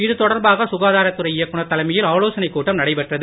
இது தொடர்பாக சுகாதாரத் துறை இயக்குநர் தலைமையில் ஆலோசனைக் கூட்டம் நடைபெற்றது